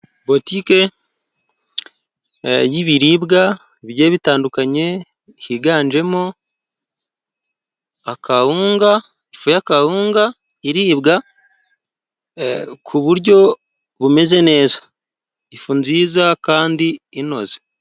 Butiki y'ibiribwa bigiye bitandukanye higanjemo akawunga ifu y'akawunga iribwa ku buryo bumeze neza ifu nziza kandi inoze